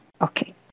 Okay